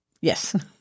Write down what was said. Yes